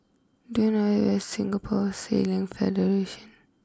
do you know where is Singapore Sailing Federation